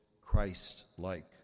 Christ-like